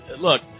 look